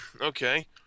Okay